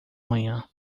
manhã